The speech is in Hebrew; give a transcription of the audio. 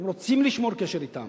והם רוצים לשמור על קשר אתם